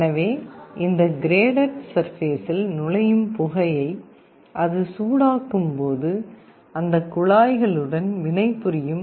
எனவே இந்த கிரேடட் சர்பேசில் நுழையும் புகையை அது சூடாக்கும்போது அந்தக் குழாய்களுடன் வினைபுரியும்